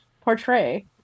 portray